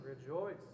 Rejoice